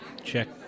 check